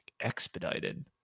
expedited